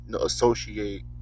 associate